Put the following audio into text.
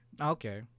okay